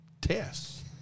tests